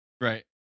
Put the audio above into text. right